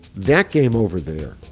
that game over there.